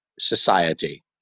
society